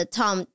Tom